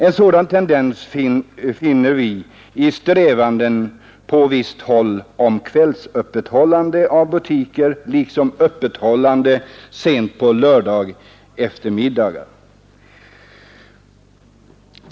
En sådan tendens finner vi i strävandena på visst håll om kvällsöppethållande av butiker liksom öppethållande sent på lördagseftermiddagar.